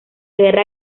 guerra